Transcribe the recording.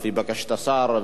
לפי בקשת השר,